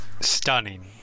Stunning